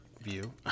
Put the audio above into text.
view